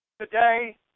Today